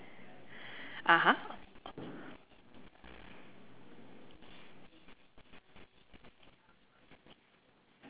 (uh huh)